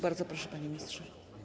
Bardzo proszę, panie ministrze.